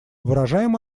выражаем